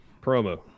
promo